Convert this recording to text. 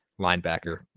linebacker